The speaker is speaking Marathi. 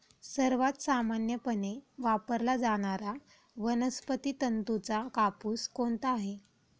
सर्वात सामान्यपणे वापरला जाणारा वनस्पती तंतूचा कापूस कोणता आहे?